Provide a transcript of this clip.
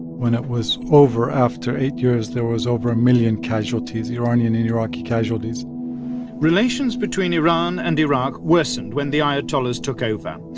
when it was over after eight years, there was over a million casualties iranian and iraqi casualties relations between iran and iraq worsened when the ayatollahs took over.